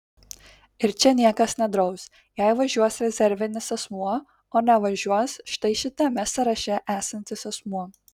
ir čia niekas nedraus jei važiuos rezervinis asmuo o nevažiuos štai šitame sąraše esantis asmuo